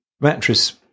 mattress